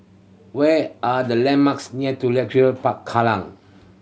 where are the landmarks near to Leisure Park Kallang